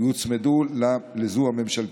יוצמדו לזו הממשלתית.